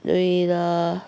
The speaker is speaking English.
对 lor